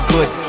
Good